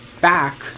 Back